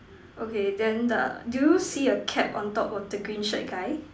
okay then the do you see a cap on top of the green shirt guy